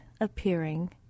appearing